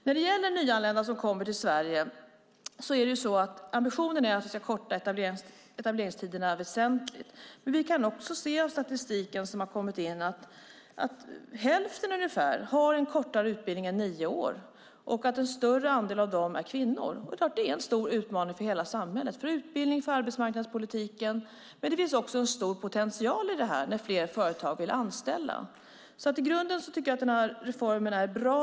När det gäller nyanlända som kommer till Sverige är ambitionen att vi väsentligt ska korta etableringstiderna. Men av den statistik som inkommit kan vi också se att ungefär hälften har en utbildning som är kortare än nio år och att en större andel av dessa personer är kvinnor. Det är klart att det är en stor utmaning för hela samhället - för utbildningen, och för arbetsmarknadspolitiken. Men det finns också en stor potential här nu när fler företag vill anställa. I grunden tycker jag att reformen är bra.